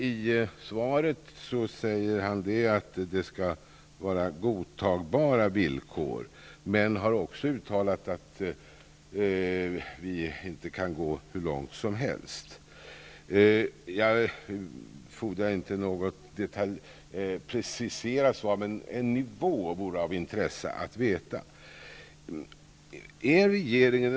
I svaret säger han att det skall vara godtagbara villkor men har också uttalat att vi inte kan gå hur långt som helst. Jag fordrar inte något detaljerat svar, men det vore av intresse att få veta nivån.